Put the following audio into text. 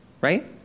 Right